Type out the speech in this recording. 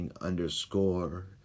underscore